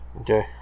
Okay